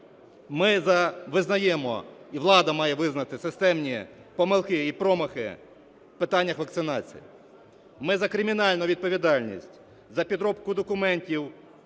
Ми визнаємо і влада має визнати системні помилки і промахи в питаннях вакцинації. Ми за кримінальну відповідальність, за підробку документів